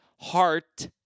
Heart